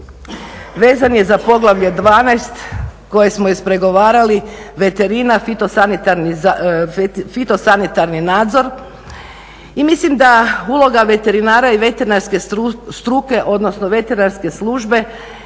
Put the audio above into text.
vezan je za poglavlje 12 koje smo ispregovarali veterina, fitosanitarni nadzor. I mislim da uloga veterinara i veterinarske struke odnosno veterinarske službe